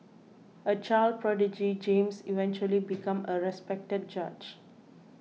a child prodigy James eventually became a respected judge